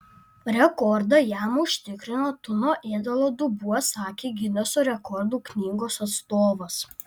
rekordą jam užtikrino tuno ėdalo dubuo sakė gineso rekordų knygos atstovas